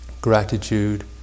gratitude